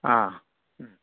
ആ